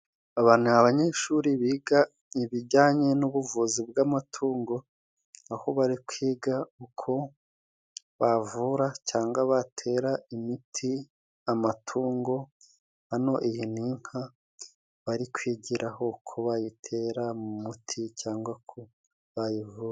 Aba ni abanyeshuri biga ibijyanye n'ubuvuzi bw'amatungo， aho bari kwiga uko bavura cyangwa batera imiti amatungo， hano iyi ni inka bari kwigiraho uko bayitera umuti cyangwa ko bayivura.